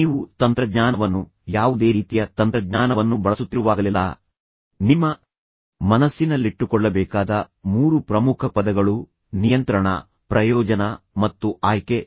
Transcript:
ನೀವು ತಂತ್ರಜ್ಞಾನವನ್ನು ಯಾವುದೇ ರೀತಿಯ ತಂತ್ರಜ್ಞಾನವನ್ನು ಬಳಸುತ್ತಿರುವಾಗಲೆಲ್ಲಾ ನಿಮ್ಮ ಮನಸ್ಸಿನಲ್ಲಿಟ್ಟುಕೊಳ್ಳಬೇಕಾದ ಮೂರು ಪ್ರಮುಖ ಪದಗಳು ನಿಯಂತ್ರಣ ಪ್ರಯೋಜನ ಮತ್ತು ಆಯ್ಕೆ